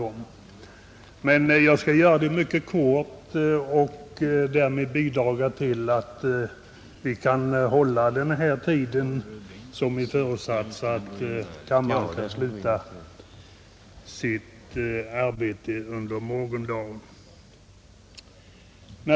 Jag skall emellertid göra det mycket kort och därmed bidra till att vi skall kunna hålla den tid som är förutsatt så att kammaren kan sluta sitt arbete under morgondagen.